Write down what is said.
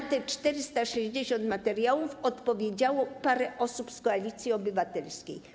Na te 460 materiałów odpowiedziało parę osób z Koalicji Obywatelskiej.